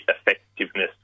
effectiveness